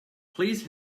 please